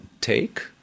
take